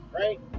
Right